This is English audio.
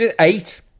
Eight